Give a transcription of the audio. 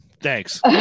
Thanks